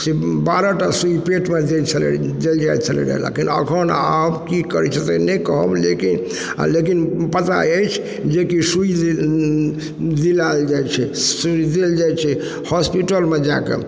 से बारह टा सुइ पेटमे दैत छलै देल जाइत रहै लेकिन एखन आब की करैत छै से नहि कहब लेकिन लेकिन पता अछि जे कि सुइ दियाओल जाइत छै सुइ देल जाइत छै हॉस्पिटलमे जा कऽ